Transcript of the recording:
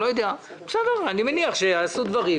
אני מניח שיעשו דברים.